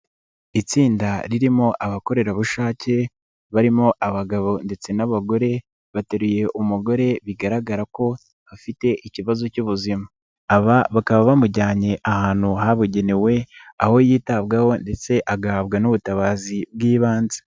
Itsinda ririmo abakorerabushake barimo abagabo ndetse n'abagore bateruye umugore bigaragara ko bafite ikibazo cy'ubuzima, aba bakaba bamujyanye ahantu habugenewe aho yitabwaho ndetse agahabwa n'ubutabazi bw'ibanze.